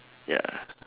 ya